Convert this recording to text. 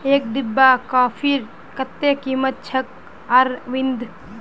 एक डिब्बा कॉफीर कत्ते कीमत छेक अरविंद